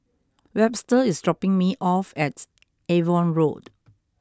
Webster is dropping me off at Avon Road